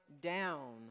down